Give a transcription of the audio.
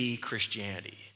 Christianity